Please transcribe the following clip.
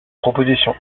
proposition